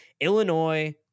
Illinois